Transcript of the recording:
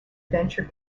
venture